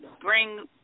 bring